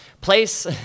place